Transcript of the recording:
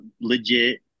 legit